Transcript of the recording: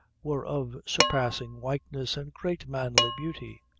were of surpassing whiteness and great manly beauty.